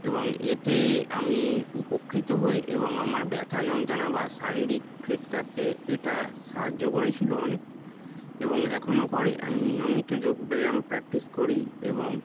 এবং এতে আমি উপকৃত হই এবং আমার ব্যথা যন্ত্রণা বা শারীরিক ফিট থাকতে এটা সাহায্য করেছিল অনেক এবং এখনও করে আমি নিয়মিত যোগব্যায়াম প্র্যাকটিস করি এবং